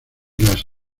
las